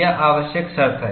यह आवश्यक शर्त है